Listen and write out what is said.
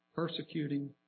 Persecuting